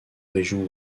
région